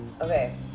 Okay